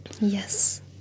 yes